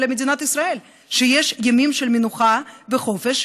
מדינת ישראל שיש ימים של מנוחה וחופש,